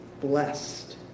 blessed